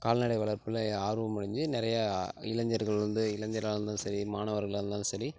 கால்நடை வளர்ப்பில் ஆர்வம் அடைஞ்சு நிறையா இளைஞர்கள் வந்து இளைஞராக இருந்தாலும் சரி மாணவர்களாக இருந்தாலும் சரி